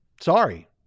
Sorry